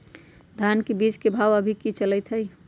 धान के बीज के भाव अभी की चलतई हई?